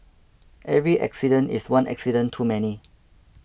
every accident is one accident too many